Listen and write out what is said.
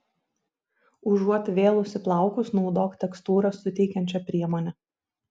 užuot vėlusi plaukus naudok tekstūros suteikiančią priemonę